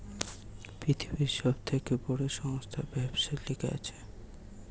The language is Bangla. পৃথিবীর সব থেকে বড় সংস্থা ব্যবসার লিগে আছে